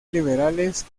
liberales